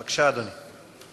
בבקשה, אדוני.